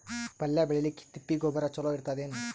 ಪಲ್ಯ ಬೇಳಿಲಿಕ್ಕೆ ತಿಪ್ಪಿ ಗೊಬ್ಬರ ಚಲೋ ಇರತದೇನು?